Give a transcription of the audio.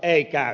ei käy